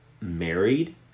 married